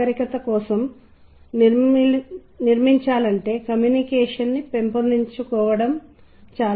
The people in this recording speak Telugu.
నేను మీకు చదివి వినిపించే పద్యం యొక్క ముక్క ఇక్కడ ఉందని మీరు కనుగొన్నారు ఆపై నేను దానిని మీతో పంచుకుంటాను